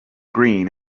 green